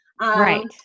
Right